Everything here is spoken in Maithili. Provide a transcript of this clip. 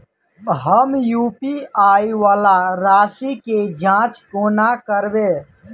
हम यु.पी.आई वला राशि केँ जाँच कोना करबै?